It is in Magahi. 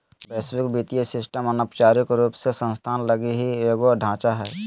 वैश्विक वित्तीय सिस्टम अनौपचारिक रूप से संस्थान लगी ही एगो ढांचा हय